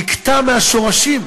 נקטע מהשורשים.